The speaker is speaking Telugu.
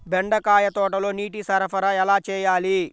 బెండకాయ తోటలో నీటి సరఫరా ఎలా చేయాలి?